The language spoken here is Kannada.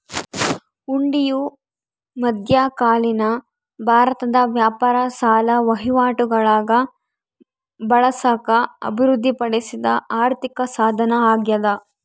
ಹುಂಡಿಯು ಮಧ್ಯಕಾಲೀನ ಭಾರತದ ವ್ಯಾಪಾರ ಸಾಲ ವಹಿವಾಟುಗುಳಾಗ ಬಳಸಾಕ ಅಭಿವೃದ್ಧಿಪಡಿಸಿದ ಆರ್ಥಿಕಸಾಧನ ಅಗ್ಯಾದ